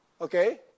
Okay